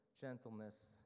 gentleness